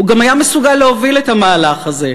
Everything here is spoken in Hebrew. הוא גם היה מסוגל להוביל את המהלך הזה,